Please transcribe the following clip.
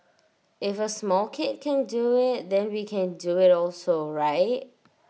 if A small kid can do IT then we can do IT also right